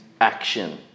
action